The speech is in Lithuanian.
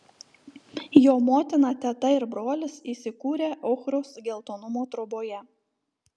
jo motina teta ir brolis įsikūrę ochros geltonumo troboje